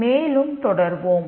மேலும் தொடர்வோம்